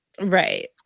Right